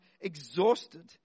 exhausted